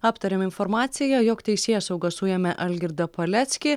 aptarėm informaciją jog teisėsauga suėmė algirdą paleckį